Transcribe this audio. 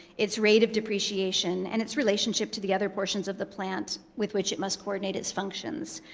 its rate of depreciation, and its relationship to the other portions of the plant with which it must coordinate its functions.